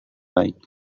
baik